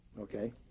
Okay